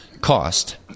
cost